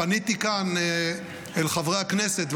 פניתי כאן אל חבריי הכנסת,